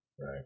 Right